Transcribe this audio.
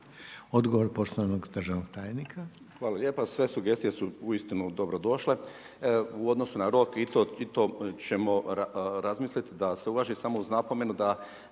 Odgovor poštovanog državnog tajnika. **Zrinušić, Zdravko** Hvala lijepa, sve sugestije su uistinu dobro došle u odnosu na rok i to ćemo razmisliti da se uvaži samo uz napomenu da